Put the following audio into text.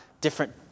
different